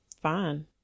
Fine